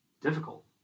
difficult